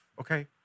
okay